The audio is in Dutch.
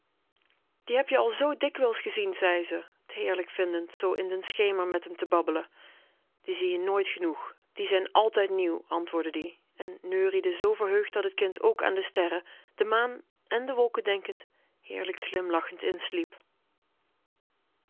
die heb je al zoo dikwijls gezien zei ze t heerlijk vindend zoo in den schemer met m te babbelen die zie je nooit genoeg die zijn altijd nieuw antwoordde ie en neuriede zoo verheugd dat t kind ook aan de sterren de maan en de wolken denkend heerlijk glimlachend insliep